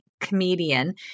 comedian